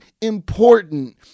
important